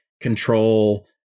control